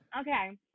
Okay